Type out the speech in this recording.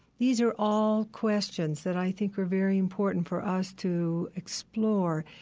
these are all questions that i think are very important for us to explore.